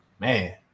Man